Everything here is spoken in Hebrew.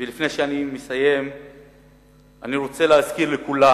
ולפני שאני מסיים אני רוצה להזכיר לכולם